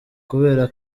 kubera